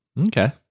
Okay